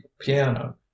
piano